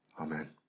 Amen